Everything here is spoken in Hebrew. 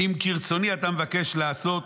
אם כרצוני אתה מבקש לעשות,